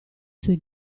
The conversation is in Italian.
sui